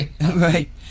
Right